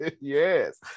yes